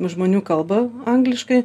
žmonių kalba angliškai